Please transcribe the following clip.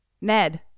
Ned